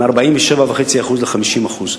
מ-47.5% ל-50%,